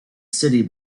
city